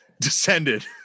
descended